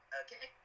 okay